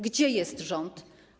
Gdzie jest rząd?